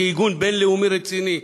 ארגון בין-לאומי רציני.